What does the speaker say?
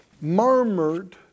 murmured